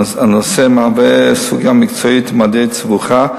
הנושא מהווה סוגיה מקצועית ומדעית סבוכה,